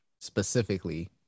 specifically